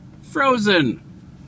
Frozen